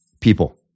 people